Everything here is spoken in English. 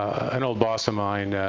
an old boss of mine,